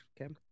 okay